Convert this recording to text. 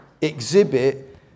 exhibit